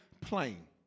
plain